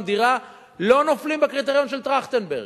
דירה לא נופלים בקריטריון של טרכטנברג.